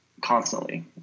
constantly